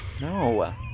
No